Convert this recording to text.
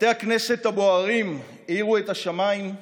בתי הכנסת הבוערים האירו את השמיים,